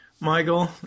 michael